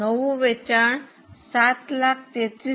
નવું વેચાણ 733333 થશે